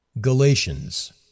Galatians